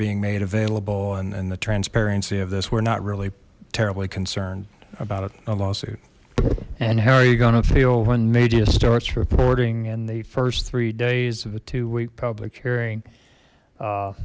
being made available and the transparency of this we're not really terribly concerned about it a lawsuit and how are you gonna feel when media starts reporting in the first three days of the two week public hearing